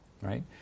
right